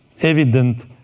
evident